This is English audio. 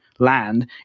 land